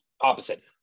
opposite